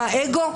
מה, אגו?